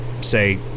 say